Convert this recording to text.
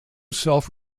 self